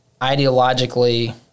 ideologically